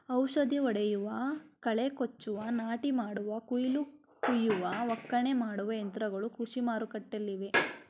ಔಷಧಿ ಹೊಡೆಯುವ, ಕಳೆ ಕೊಚ್ಚುವ, ನಾಟಿ ಮಾಡುವ, ಕುಯಿಲು ಕುಯ್ಯುವ, ಒಕ್ಕಣೆ ಮಾಡುವ ಯಂತ್ರಗಳು ಕೃಷಿ ಮಾರುಕಟ್ಟೆಲ್ಲಿವೆ